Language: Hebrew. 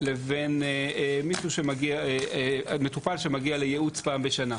לבין מטופל שמגיע לייעוץ פעם בשנה.